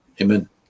Amen